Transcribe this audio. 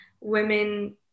women